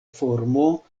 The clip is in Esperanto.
formo